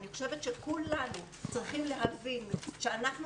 אני חושבת שכולנו צריכים להבין שאנחנו